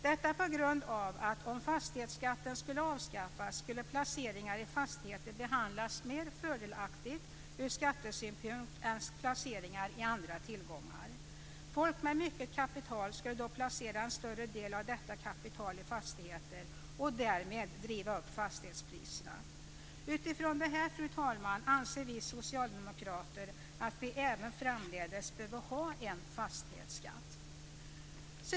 Detta beror på att om fastighetsskatten skulle avskaffas skulle placeringar i fastigheter behandlas mer fördelaktigt ur skattesynpunkt än placeringar i andra tillgångar. Folk med mycket kapital skulle då placera en större del av detta kapital i fastigheter och därmed driva upp fastighetspriserna. Utifrån detta, fru talman, anser vi socialdemokrater att vi även framdeles behöver ha en fastighetsskatt!